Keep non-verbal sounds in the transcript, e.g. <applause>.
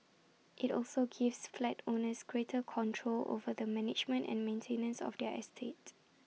IT also gives flat owners greater control over the management and maintenance of their estate <noise>